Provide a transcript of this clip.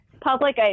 public